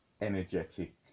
energetic